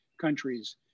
countries